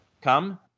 Come